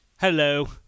Hello